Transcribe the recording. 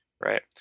right